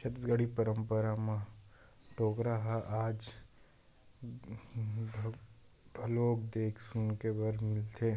छत्तीसगढ़ी पंरपरा म टोटका ह आज घलोक देखे सुने बर मिलथे